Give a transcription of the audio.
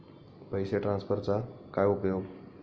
पैसे ट्रान्सफरचा काय उपयोग?